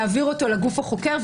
להעבירו לגוף החוקר,